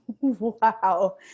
Wow